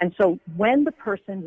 and so when the person